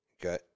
okay